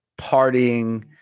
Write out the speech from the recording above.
partying